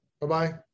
Bye-bye